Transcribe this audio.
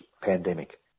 pandemic